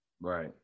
Right